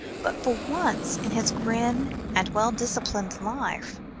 but for once in his grim and well-disciplined life,